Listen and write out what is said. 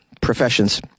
professions